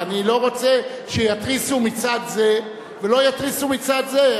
כי אני לא רוצה שיתריסו מצד זה ולא יתריסו מצד זה.